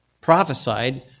prophesied